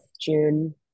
June